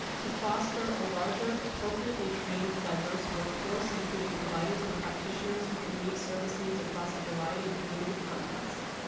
to foster a larger appropriately trained diverse workforce including providers and practitioners who can meet service needs across a variety of community context,